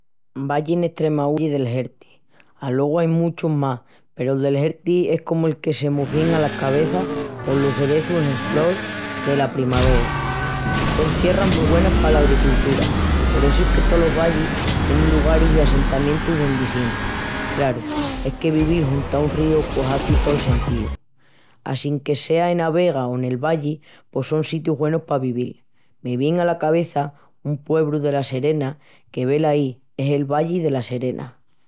Valli en Estremaúra es el Valli de Xerti. Alogu ain muchus más peru el de Xerti es comu el que se mos vien ala cabeça polos cerezus en frol dela primavera. Son tierras mu güenas pala agricultura. Por essu es que tolos vallis tienin lugaris i assentamientus dendi siempri. Craru, es que vivil junta un ríu pos hazi tol sentíu. Assinque sea ena vega o nel valli pos son sitius güenus pa vivil. Me vien ala cabeça un puebru dela Serena que, velaí, es el Valli dela Serena.